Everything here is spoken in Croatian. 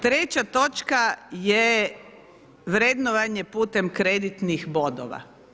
Treća točka je vrednovanje putem kreditnih bodova.